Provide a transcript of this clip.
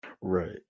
Right